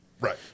Right